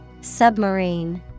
Submarine